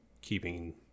keeping